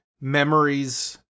memories